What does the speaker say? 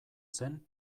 zen